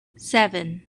seven